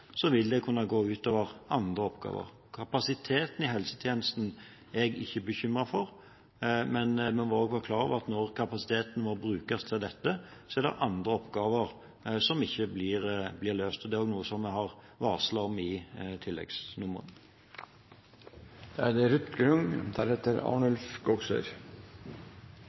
vil det kunne gå ut over andre oppgaver. Kapasiteten i helsetjenesten er jeg ikke bekymret for, men vi må være klar over at når kapasiteten må brukes til dette, er det andre oppgaver som ikke blir løst. Det er noe som vi har varslet om i tilleggsnummeret. Jeg vil også takke for at vi har dette temaet oppe her i dag. Jeg tror det